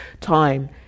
time